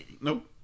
Nope